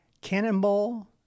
Cannonball